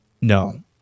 no